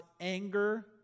anger